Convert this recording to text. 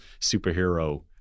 superhero